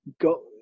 go